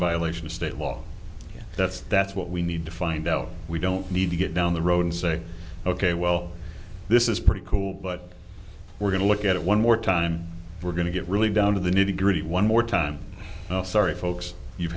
violation of state law that's that's what we need to find out we don't need to get down the road and say ok well this is pretty cool but we're going to look at it one more time we're going to get really down to the nitty gritty one more time sorry folks you've